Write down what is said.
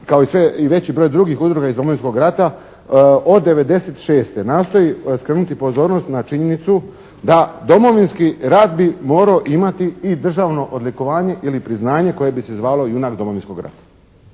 kao i veći broj drugih udruga iz Domovinskog rata od '96. nastoji skrenuti pozornost na činjenicu da Domovinski rat bi morao imati i državno odlikovanje ili priznanje koje bi se zvalo "JUNAK DOMOVINSKOG RATA"